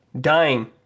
dying